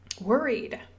worried